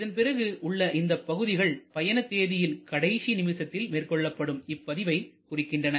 இதன் பிறகு உள்ள இந்தப் பகுதிகள் பயண தேதியில் கடைசி நிமிஷத்தில் மேற்கொள்ளப்படும் இப்பதிவை குறிக்கின்றன